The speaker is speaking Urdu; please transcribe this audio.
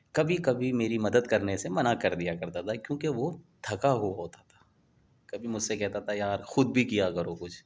کبھی کبھی میری مدد کرنے سے منع کر دیا کرتا تھا کیونکہ وہ تھکا ہوا ہوتا تھا کبھی مجھ سے کہتا تھا یار خود بھی کیا کرو کچھ